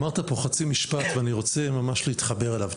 אמרת פה חצי משפט ואני רוצה להתחבר אליו.